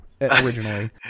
originally